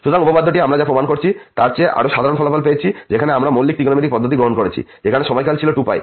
সুতরাং উপপাদ্যটি আমরা যা প্রমাণ করেছি তার চেয়ে আরও সাধারণ ফলাফল পেয়েছি যেখানে আমরা মৌলিক ত্রিকোণমিতিক পদ্ধতি গ্রহণ করেছি যেখানে সময়কাল ছিল 2π